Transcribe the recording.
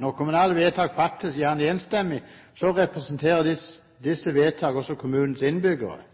Når kommunale vedtak fattes, gjerne enstemmig, representerer disse vedtak også kommunens innbyggere.